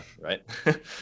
right